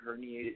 herniated